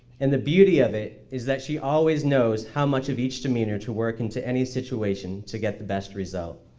and the beauty of it is that she always knows how much of each demeanor to work into any situation to get the best result.